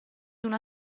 una